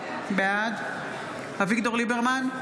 בעד אביגדור ליברמן,